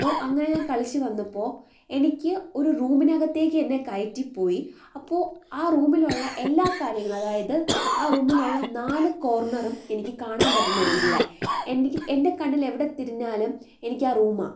അപ്പോൾ അങ്ങനെ ഞാൻ കളിച്ചു വന്നപ്പോൾഎനിക്ക് ഒരു റൂമിനകത്തേക്ക് എന്നെ കയറ്റി പോയി അപ്പോൾ ആ റൂമിലുള്ള എല്ലാ കാര്യങ്ങളും അതായത് ആ റൂമിലുള്ള നാലു കോർണറും എനിക്ക് കാണാൻ പറ്റുന്ന രീതിയിലായി എനിക്ക് എൻ്റെ കണ്ണിൽ എവിടെ തിരിഞ്ഞാലും എനിക്ക് ആ റൂമാണ്